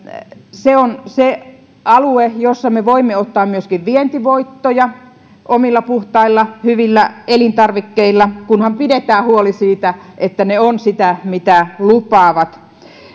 se on se alue jossa me voimme ottaa myöskin vientivoittoja omilla puhtailla hyvillä elintarvikkeillamme kunhan pidetään huoli siitä että ne ovat sitä mitä lupaavat